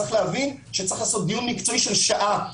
צריך להבין שצריך לעשות דיון מקצועי של שעה,